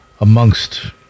amongst